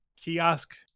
kiosk